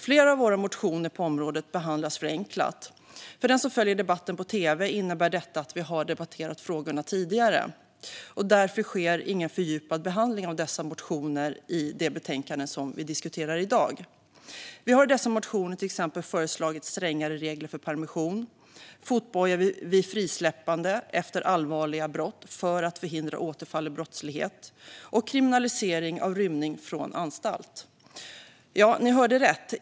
Flera av våra motioner på området behandlas förenklat. För den som följer debatten på tv innebär detta att vi har debatterat frågorna tidigare och att det därför inte sker någon fördjupad behandling av dessa motioner i det betänkande som vi debatterar i dag. Vi har i dessa motioner till exempel föreslagit strängare regler för permission, fotboja vid frisläppande efter allvarliga brott för att förhindra återfall i brottslighet och kriminalisering av rymning från anstalt. Ja, ni hörde rätt.